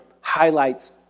highlights